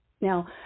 Now